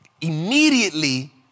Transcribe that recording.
Immediately